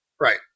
Right